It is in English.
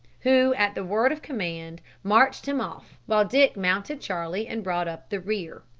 who at the word of command marched him off, while dick mounted charlie and brought up the rear.